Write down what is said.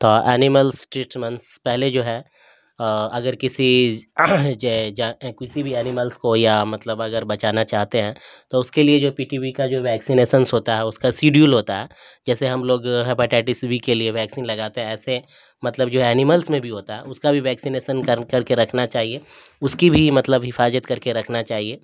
تو animals treatments پہلے جو ہے اگر کسی کسی بھی اینملس کو یا مطلب اگر بچانا چاہتے ہیں تو اس کے لیے جو پی ٹی وی کا جو ویکسینیسنس ہوتا ہے اس کا سیڈیول ہوتا ہے جیسے ہم لوگ ہیپاٹائٹس وی کے لیے ویکسین لگاتے ہیں ایسے مطلب جو اینیملس میں بھی ہوتا ہے اس کا بھی ویکسینیسن کر کر کے رکھنا چاہیے اس کی بھی مطلب حفاظت کر کے رکھنا چاہیے